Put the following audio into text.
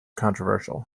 controversial